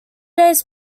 days